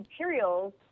materials